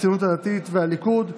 הציונות הדתית והליכוד.